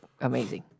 amazing